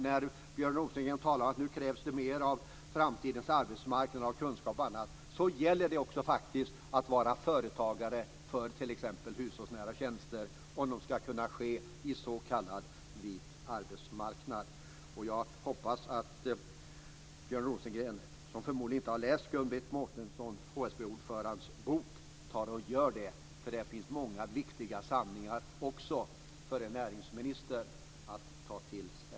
När Björn Rosengren talar om att det nu krävs mer av framtidens arbetsmarknad, kunskap och annat gäller det också att vara företagare för t.ex. hushållsnära tjänster, om de ska kunna utföras på en s.k. vit arbetsmarknad. Björn Rosengren har förmodligen inte läst HSB ordföranden Gun-Britt Mårtenssons bok, men jag hoppas att han gör det. Där finns många viktiga sanningar också för en näringsminister att ta till sig.